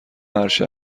عرشه